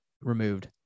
removed